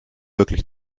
wirklich